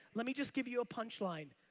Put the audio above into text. let me just give you a punchline.